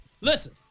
listen